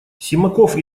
симаков